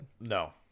No